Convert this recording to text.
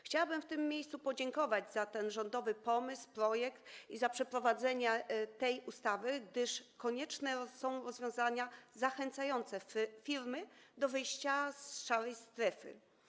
Chciałabym w tym miejscu podziękować za ten rządowy pomysł, projekt i za przeprowadzenie tej ustawy, gdyż konieczne są rozwiązania zachęcające firmy do wyjścia z szarej strefy.